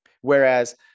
whereas